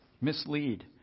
mislead